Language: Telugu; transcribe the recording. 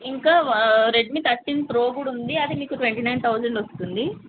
ఇంకా రెడ్మీ థర్టీన్ ప్రో కూడా ఉంది అది మీకు ట్వంటీ నైన్ థౌజండ్ వస్తుంది